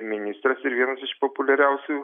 ministras ir vienas iš populiariausių